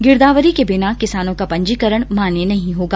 गिरदावरी के बिना किसानों का पंजीकरण मान्य नहीं होगा